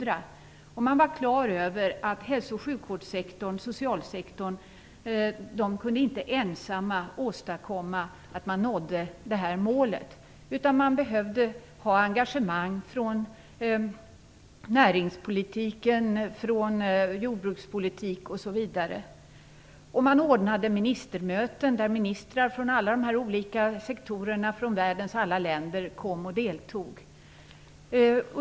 Man var klar över att hälso och sjukvårdssektorn, socialsektorn, inte ensam kunde åstadkomma att det här målet nåddes, utan man behövde engagemang från näringspolitiken, jordbrukspolitiken osv. Man ordnade ministermöten dit ministrar från alla olika sektorer och från världens alla länder kom för att delta.